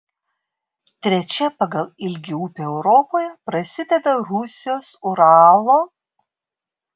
trečia pagal ilgį upė europoje prasideda rusijos uralo